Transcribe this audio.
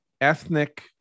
ethnic